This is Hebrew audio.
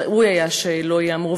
ראוי היה שלא ייאמרו,